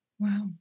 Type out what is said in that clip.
Wow